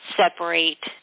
separate